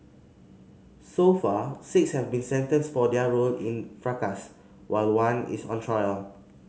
so far six have been sentenced for their role in fracas while one is on trial